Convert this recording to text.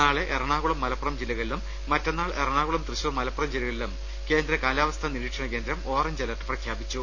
നാളെ എറണാകുളം മലപ്പുറം ജില്ലകളിലും മറ്റ ന്നാൾ എറണാകുളം തൃശൂർ മലപ്പുറം ജില്ലകളിലും കേന്ദ്ര കാലാവസ്ഥാ നിരീക്ഷണ കേന്ദ്രം ഓറഞ്ച് അലർട്ട് പ്രഖ്യാപി ച്ചു